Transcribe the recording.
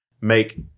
make